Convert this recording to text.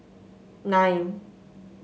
nine